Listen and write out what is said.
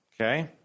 Okay